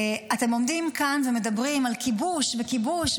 אתם עומדים כאן ומדברים על כיבוש וכיבוש,